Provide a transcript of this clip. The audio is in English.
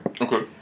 Okay